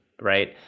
right